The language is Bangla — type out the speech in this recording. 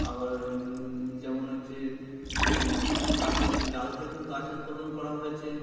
আবার যেমন হচ্ছে গাছের ডাল থেকেও গাছ উৎপাদন করা হয়েছে